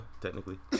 technically